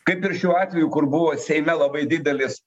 kaip ir šiuo atveju kur buvo seime labai didelis